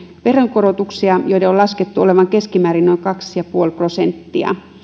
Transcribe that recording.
veronkorotuksia joiden on laskettu olevan keskimäärin noin kaksi pilkku viisi prosenttia